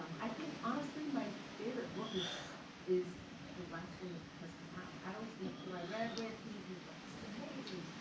i think, honestly, my favorite book is is the last one that has come out. i always think, you know, i read way of kings and was like, this is amazing.